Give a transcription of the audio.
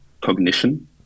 cognition